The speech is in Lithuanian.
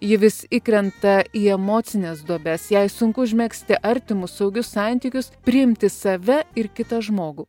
ji vis įkrenta į emocines duobes jai sunku užmegzti artimus saugius santykius priimti save ir kitą žmogų